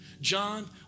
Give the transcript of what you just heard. John